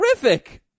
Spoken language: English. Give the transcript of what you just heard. terrific